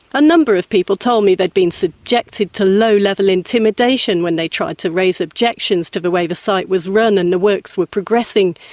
a number of people told me they'd been subjected to low level intimidation when they tried to raise objections to the way the site was run and the works were progressing.